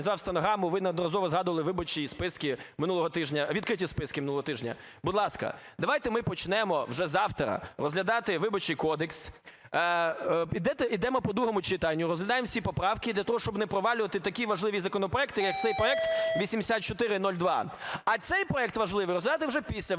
минуло тижня, відкриті списки минулого тижня, будь ласка, давайте ми почнемо вже завтра розглядати Виборчий кодекс, йдемо по другому читанню, розглядаємо всі поправки для того, щоб не провалювати такі важливі законопроекти, як цей проект 8402. А цей проект важливий розглянути вже після Виборчого